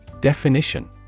Definition